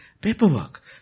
Paperwork